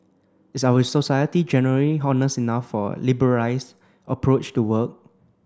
is our society generally honest enough for a liberalised approach to work